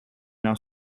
now